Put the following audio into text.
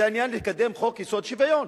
זה העניין לקדם חוק-יסוד: שוויון,